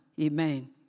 Amen